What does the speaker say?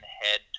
head